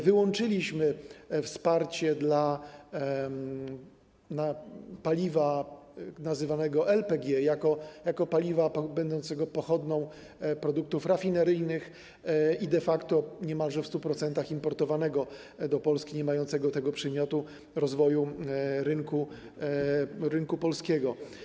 Wyłączyliśmy wsparcie dla paliwa nazywanego LPG jako paliwa będącego pochodną produktów rafineryjnych i de facto niemalże w 100% importowanego do Polski, niemającego tego przymiotu rozwoju rynku polskiego.